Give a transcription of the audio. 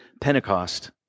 Pentecost